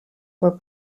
were